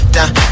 Down